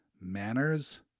Manners